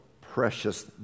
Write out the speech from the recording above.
precious